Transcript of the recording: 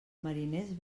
mariners